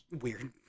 weird